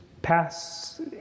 pass